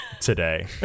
today